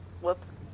Whoops